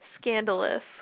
Scandalous